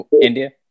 india